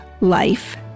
life